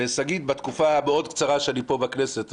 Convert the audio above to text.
ושגית, בתקופה מאוד קצרה שאני פה בכנסת,